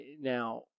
Now